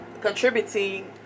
contributing